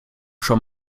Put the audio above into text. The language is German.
schon